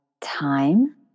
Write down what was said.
time